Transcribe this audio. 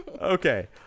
Okay